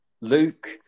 Luke